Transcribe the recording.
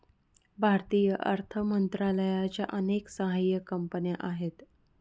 भारतीय अर्थ मंत्रालयाच्या अनेक सहाय्यक कंपन्या आहेत